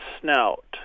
snout